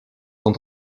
sont